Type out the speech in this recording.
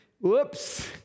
Whoops